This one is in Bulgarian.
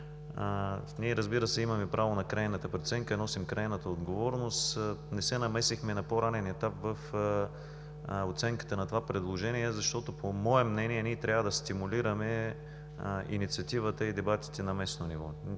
Разбира се, ние имаме право на крайната преценка, носим крайната отговорност. Не се намесихме на по-ранен етап в оценката на това предложение, защото по мое мнение ние трябва да стимулираме инициативата и дебатите на местно ниво.